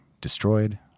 destroyed